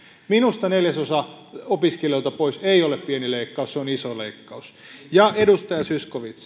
minusta neljäsosa opiskelijoilta pois ei ole pieni leikkaus se on iso leikkaus ja edustaja zyskowicz